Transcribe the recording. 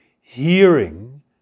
hearing